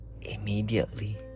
immediately